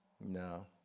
No